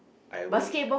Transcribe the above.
I will